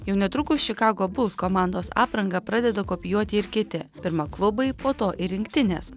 jau netrukus čikago buls komandos aprangą pradeda kopijuoti ir kiti pirma klubai po to ir rinktinės